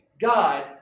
God